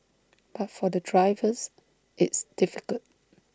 but for the drivers it's difficult